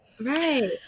Right